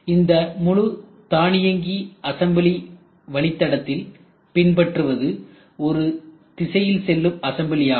இந்த முழு தானியங்கி அசம்பிளி வழித்தடத்தில் பின்பற்றுவது ஒரு திசையில் செல்லும் அசம்பிளி ஆகும்